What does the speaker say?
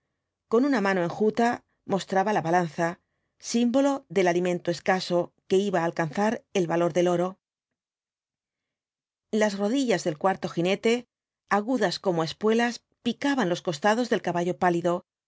con una mano enjuta mostraba la balanza símbolo del alimento escaso que iba á alcanzar el valor del oro las rodillas del cuarto jinete agudas como espuelas picaban los costados del caballo pálido